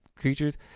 creatures